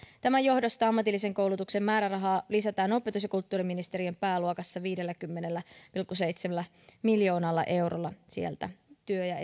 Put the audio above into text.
tämän johdosta ammatillisen koulutuksen määrärahaa lisätään opetus ja kulttuuriministeriön pääluokassa viidelläkymmenellä pilkku seitsemällä miljoonalla eurolla sieltä työ ja